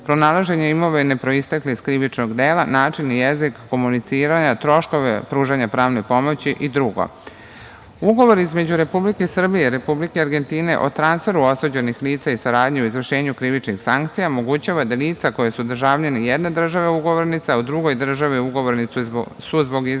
pronalaženje imovine proistekle iz krivičnog dela, način i jezik komuniciranja, troškove pružanja pravne pomoći i drugo. Ugovor između Republike Srbije i Republike Argentine o transferu osuđenih lica i saradnji u izvršenju krivičnih sankcija omogućava da lica koja su državljani jedne države ugovornice a u drugoj državi ugovornici su zbog izvršenog